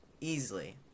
Easily